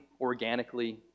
organically